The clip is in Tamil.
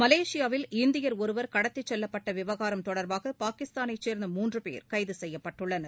மலேஷியாவில் இந்தியர் ஒருவர் கடத்திச் செல்லப்பட்டவிவகாரம் தொடர்பாகபாகிஸ்தானைச் சேர்ந்த மூன்றுபேர் கைதுசெய்யப்பட்டுள்ளனர்